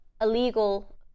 illegal